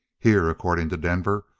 here, according to denver,